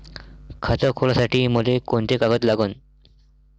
खात खोलासाठी मले कोंते कागद लागन?